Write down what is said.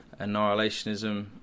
annihilationism